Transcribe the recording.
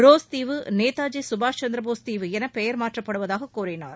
rose தீவு நேதாஜி சுபாஷ் சந்திரபோஸ் என பெயர் மாற்றப்படுவதாக கூறினார்